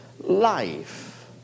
life